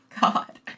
God